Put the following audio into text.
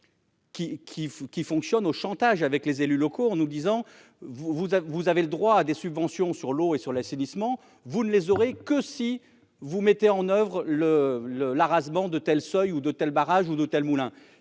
qui fonctionne au chantage avec les élus locaux, en nous disant : vous, vous vous avez le droit à des subventions sur l'eau et sur l'assainissement, vous ne les aurez que si vous mettez en oeuvre le le l'arasement de tels seuil où de tels barrages ou d'hôtel Moulin